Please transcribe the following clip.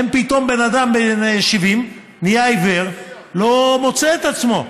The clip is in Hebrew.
פתאום בן אדם בן 70 נהיה עיוור, לא מוצא את עצמו.